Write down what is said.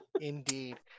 Indeed